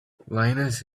linus